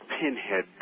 pinhead